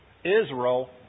Israel